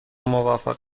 موافق